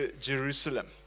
Jerusalem